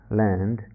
land